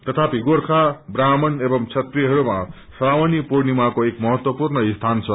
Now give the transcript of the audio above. तथापि गोर्खा ब्राम्हण एवं क्षत्रियहरूमा श्रावणी पूर्णिमाको एक महतवपूर्ण स्थान छ